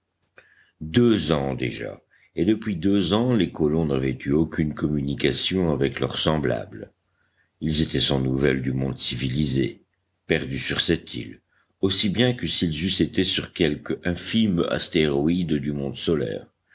deux ans déjà et depuis deux ans les colons n'avaient eu aucune communication avec leurs semblables ils étaient sans nouvelles du monde civilisé perdus sur cette île aussi bien que s'ils eussent été sur quelque infime astéroïde du monde solaire